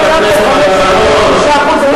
זו היתה המציאות הכלכלית כאן,